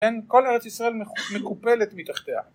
כן, כל ארץ ישראל מקופלת מתחתיה